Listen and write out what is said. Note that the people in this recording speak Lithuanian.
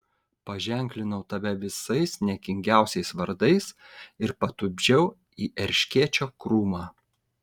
paženklinau tave visais niekingiausiais vardais ir patupdžiau į erškėčio krūmą